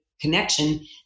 connection